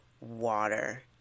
water